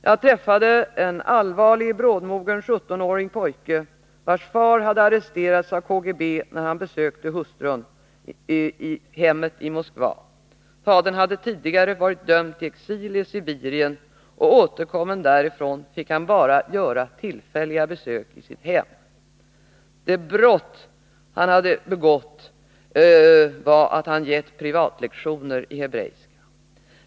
Jag träffade en allvarlig brådmogen 17-årig pojke, vars far hade arresterats av KGB när han besökte hustrun i hemmet i Moskva. Fadern hade tidigare varit dömd till exil i Sibirien och återkommen därifrån fick han bara göra tillfälliga besök i sitt hem. Det ”brott” som han hade begått var att han hade givit privatlektioner i hebreiska.